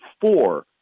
four